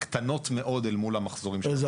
קטנות מאוד אל מול המחזורים של --- איזה,